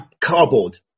cardboard